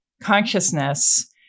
consciousness